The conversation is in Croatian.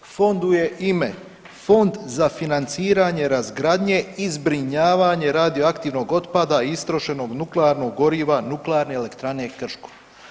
Fondu je ime Fond za financiranje razgradnje i zbrinjavanje radioaktivnog otpada i istrošenog nuklearnog goriva nuklearne elektrane Krško.